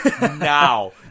now